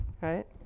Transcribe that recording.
right